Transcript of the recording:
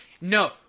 No